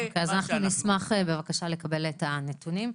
אז אנחנו נשמח בבקשה לקבל את הנתונים.